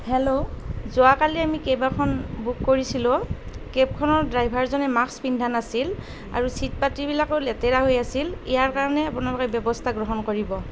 hello যোৱাকালি আমি cab এখন বুক কৰিছিলোঁ কেবখনৰ ড্ৰাইভাৰজনে মাস্ক পিন্ধা নাছিল আৰু চিট পাতিবিলাকো লেতেৰা হৈ আছিল ইয়াৰ কাৰণে আপোনালোকে ব্যৱস্থা গ্ৰহণ কৰিব